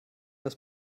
das